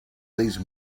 these